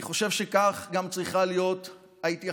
אני חושב שכך גם צריכה להיות ההתייחסות